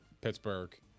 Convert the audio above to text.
Pittsburgh